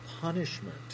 punishment